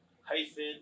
hyphen